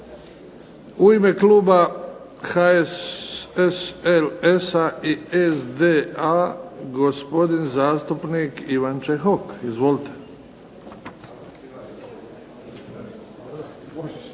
U ime kluba HSLS-a i SDA, gospodin zastupnik Ivan Čehok. Izvolite.